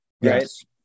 Yes